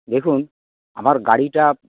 দেখুন আমার গাড়িটা